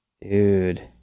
dude